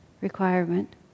requirement